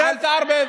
אל תערבב.